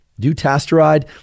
Dutasteride